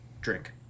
Drink